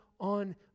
on